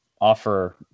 offer